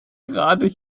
gerade